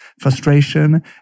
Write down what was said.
frustration